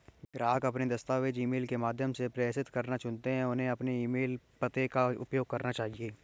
ग्राहक अपने दस्तावेज़ ईमेल के माध्यम से प्रेषित करना चुनते है, उन्हें अपने ईमेल पते का उपयोग करना चाहिए